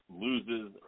loses